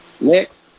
next